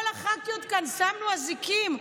כל הח"כיות כאן, שמנו אזיקים.